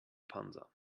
panza